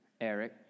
Eric